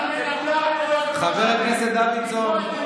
חבר הכנסת דוידסון.